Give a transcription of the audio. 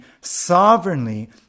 sovereignly